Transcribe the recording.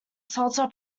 salter